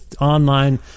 online